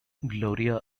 gloria